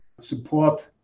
support